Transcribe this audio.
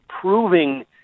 proving